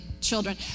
children